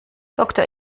doktor